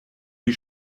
die